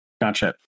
Gotcha